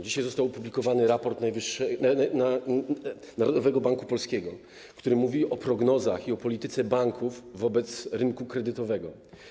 Dzisiaj został opublikowany raport Narodowego Banku Polskiego, który mówi o prognozach i o polityce banków wobec rynku kredytowego.